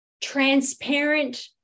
transparent